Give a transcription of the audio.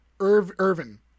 Irvin